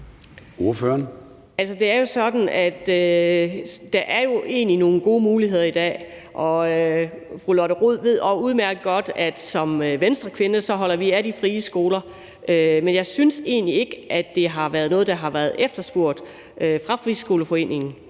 at der egentlig er nogle gode muligheder i dag. Og fru Lotte Rod ved også udmærket godt, at vi i Venstre holder af de frie skoler, men jeg synes egentlig ikke, at det er noget, der har været efterspurgt af Friskoleforeningen.